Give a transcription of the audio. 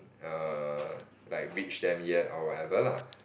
err like reach them yet or whatever lah